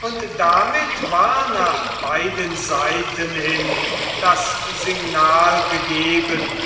und damit war nach beiden seiten hin das signal gegeben